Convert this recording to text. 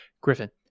Griffin